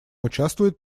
участвует